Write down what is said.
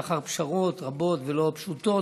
לאחר פשרות רבות ולא פשוטות.